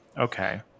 okay